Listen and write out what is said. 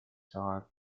time